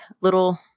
little